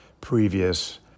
previous